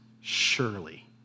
surely